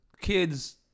kids